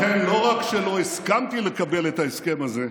לכן לא רק שלא הסכמתי לקבל את ההסכם הזה,